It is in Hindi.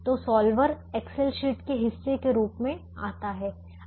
तो सॉल्वर एक्सेल शीट के हिस्से के रूप में आता है